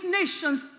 nations